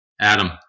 Adam